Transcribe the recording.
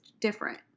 different